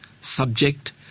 subject